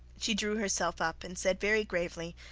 she drew herself up and said, very gravely,